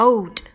Old